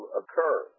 occur